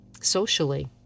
socially